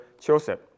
Joseph